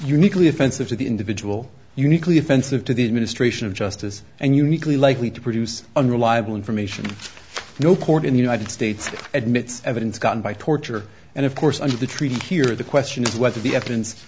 uniquely offensive to the individual uniquely offensive to the administration of justice and uniquely likely to produce unreliable information no court in the united states admits evidence gotten by torture and of course under the treaty here the question is whether the evidence